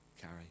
carry